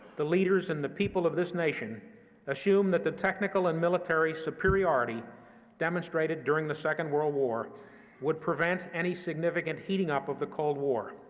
the leaders and the people of this nation assumed that the technical and military superiority demonstrated during the second world war would prevent any significant heating up of the cold war,